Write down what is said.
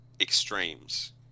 extremes